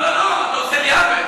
לא לא לא, אתה עושה לי עוול.